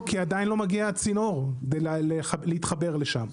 כי עדיין לא מגיע הצינור כדי להתחבר לשם.